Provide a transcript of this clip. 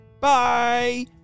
Bye